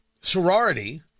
sorority